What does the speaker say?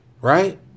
Right